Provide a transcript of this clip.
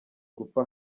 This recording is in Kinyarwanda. gupfa